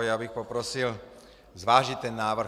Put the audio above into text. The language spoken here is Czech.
Já bych poprosil zvážit ten návrh.